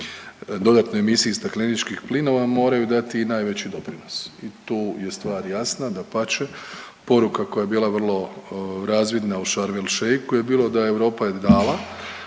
dodatnoj emisiji stakleničkih plinova moraju dati i najveći doprinos. I tu je stvar jasna. Dapače, poruka koja je bila vrlo razvidna u Sharm el-Sheikhu je bilo da Europa je